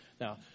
Now